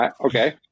Okay